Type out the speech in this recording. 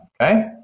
okay